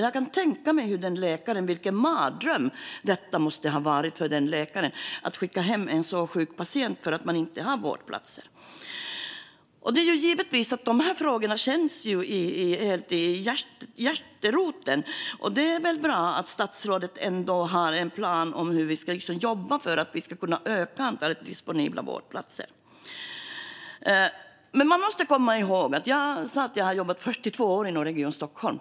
Jag kan tänka mig vilken mardröm det måste ha varit för läkaren att skicka hem en så sjuk patient för att man inte har några vårdplatser. De här frågorna känns givetvis i hjärteroten, och det är väl bra att statsrådet ändå har en plan för hur vi ska jobba för att vi ska kunna öka antalet disponibla vårdplatser. Men man måste komma ihåg en sak. Som jag sa har jag jobbat i 42 år inom Region Stockholm.